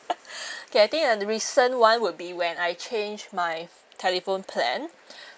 okay I think uh the recent [one] would be when I change my telephone plan